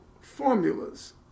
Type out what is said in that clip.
formulas